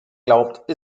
glaubt